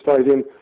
Stadium